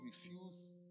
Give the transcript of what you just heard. refuse